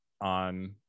on